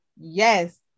yes